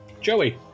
Joey